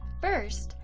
first,